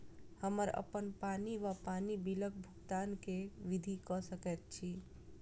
हम्मर अप्पन पानि वा पानि बिलक भुगतान केँ विधि कऽ सकय छी?